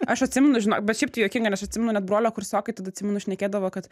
aš atsimenu žinok bet šiaip tai juokinga nes aš atsimenu net brolio kursiokai tada atsimenu šnekėdavo kad